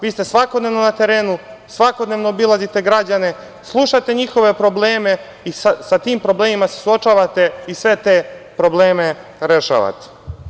Vi ste svakodnevno na terenu, svakodnevno obilazite građane, slušate njihove probleme i sa tim problemima se suočavate i sve te probleme rešavate.